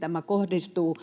tämä kohdistuu